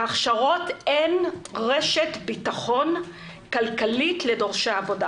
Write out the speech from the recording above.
ההכשרות הן רשת ביטחון כלכלית לדורשי עבודה.